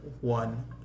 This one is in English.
one